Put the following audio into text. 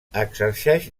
exerceix